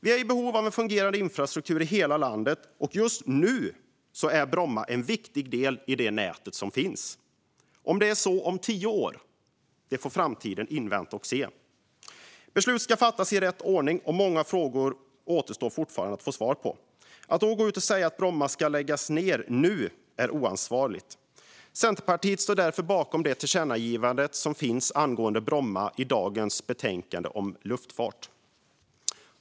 Vi är i behov av fungerande infrastruktur i hela landet, och just nu är Bromma en viktig del i det nät som finns. Om det är så om tio år får vi vänta och se. Beslut ska fattas i rätt ordning, och många frågor behöver fortfarande besvaras. Att i det läget gå ut och säga att Bromma ska läggas ned nu är oansvarigt. Centerpartiet står därför bakom det tillkännagivande angående Bromma som föreslås i dagens betänkande om luftfart.